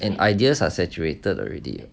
and ideas are saturated already